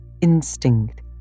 Instinct